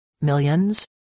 Millions